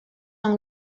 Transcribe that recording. amb